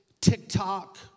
TikTok